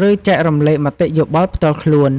ឬចែករំលែកមតិយោបល់ផ្ទាល់ខ្លួន។